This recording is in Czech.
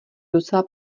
docela